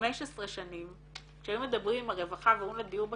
15 שנים כשהיו מדברים עם הרווחה ואומרים להם דיור